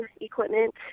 equipment